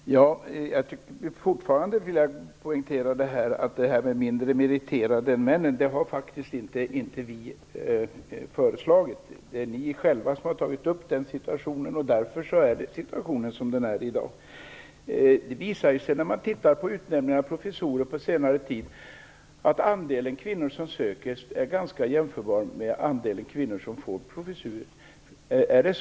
Fru talman! Jag vill fortfarande poängtera att det faktiskt inte är vi som har föreslagit att kvinnor skall kunna vara mindre meriterade än män, utan det är ni själva. Därför är situationen som den är i dag. När man ser på utnämningar av professorer under senare tid, visar det sig att andelen kvinnor som söker i stort sett motsvaras av andelen kvinnor som får professurer.